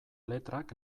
letrak